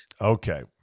Okay